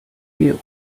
you